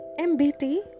MBT